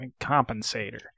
Compensator